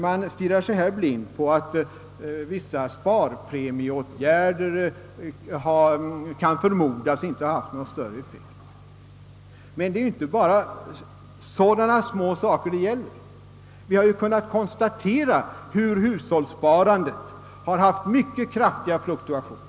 Man stirrar sig blind på det faktum att vissa sparpremieåtgärder kan förmodas inte ha haft någon större effekt. Men det är inte bara sådana små saker det gäller. Vi har ju kunnat konstatera att hus hållningssparandet haft mycket kraftiga fluktuationer.